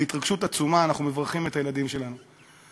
בהתרגשות עצומה, אנחנו מברכים את הילדים שלנו בהם?